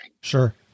Sure